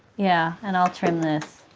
yeah, and i'll trim this.